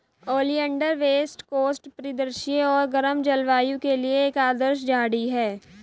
oleander west coast परिदृश्य और गर्म जलवायु के लिए एक आदर्श झाड़ी है